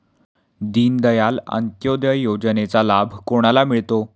दीनदयाल अंत्योदय योजनेचा लाभ कोणाला मिळतो?